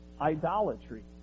idolatry